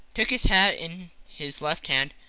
took his hat in his left hand,